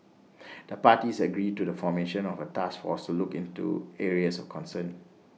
the parties agreed to the formation of A task force to look into areas of concern